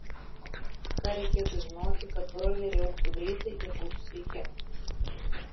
ką reikėtų žinoti kad broileriai augtų greitai ir būtų sveiki